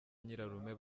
nyirarume